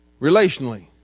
relationally